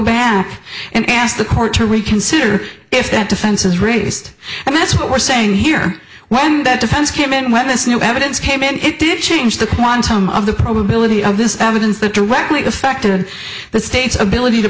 back and ask the court to reconsider if that defense is raised and that's what we're saying here when that defense came in when this new evidence came in it did change the quantum of the probability of this evidence that directly affected the state's ability to